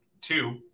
two